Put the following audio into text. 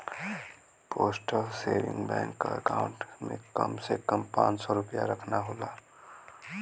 postal saving bank क account में कम से कम पांच सौ रूपया रखना होला